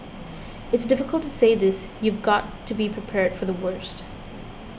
it's difficult to say this you've got to be prepared for the worst